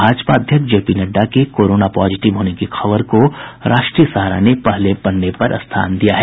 भाजपा अध्यक्ष जेपी नड्डा के corona positive होने की खबर को राष्ट्रीय सहारा ने पहले पन्ने पर स्थान दिया है